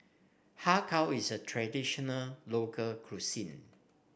Har Kow is a traditional local cuisine